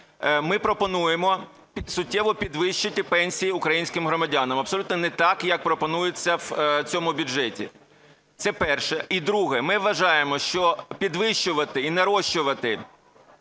ми пропонуємо суттєво підвищити пенсії українським громадянам, абсолютно не так як пропонується в цьому бюджеті. Це перше. І друге. Ми вважаємо, що підвищувати і нарощувати